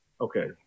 Okay